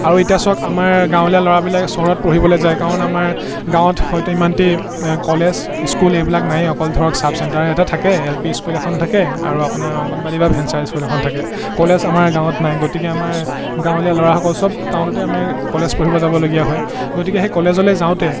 আৰু এতিয়া চওক আমাৰ গাঁৱলীয়া ল'ৰাবিলাক চহৰত পঢ়িবলৈ যায় কাৰণ আমাৰ গাঁৱত হয়তো ইমানটি কলেজ স্কুল এইবিলাক নায়ে অকল ধৰক চাব চেণ্টাৰ এটা থাকে এল পি স্কুল এখন থাকে আৰু আপোনাৰ অংগনৱাড়ী বা ভেঞ্চাৰ স্কুল এখন থাকে কলেজ আমাৰ গাঁৱত নাই গতিকে আমাৰ গাঁৱলীয়া ল'ৰাসকল চব টাউনতে আমি কলেজ পঢ়িব যাবলগীয়া হয় গতিকে সেই কলেজলৈ যাওঁতে